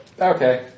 Okay